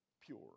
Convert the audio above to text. pure